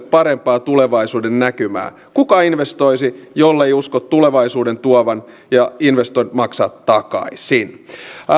parempaa tulevaisuudennäkymää kuka investoisi jollei usko tulevaisuuden tuovan ja investointien maksavan takaisin